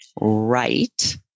right